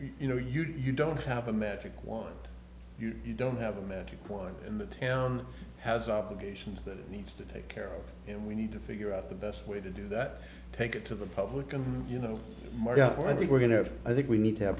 you know you don't have a magic wand you don't have a magic wand in the town has obligations that it needs to take care of and we need to figure out the best way to do that take it to the public and you know my gosh what i think we're going to have i think we need to have